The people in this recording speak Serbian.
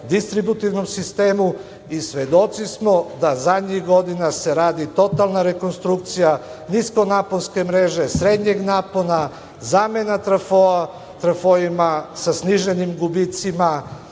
distributivnom sistemu. Svedoci smo da se zadnjih godina radi totalna rekonstrukcija niskonaponske mreže, srednjeg napona, zamena trafoa trafoima sa sniženim gubicima,